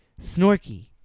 Snorky